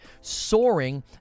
soaring